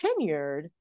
tenured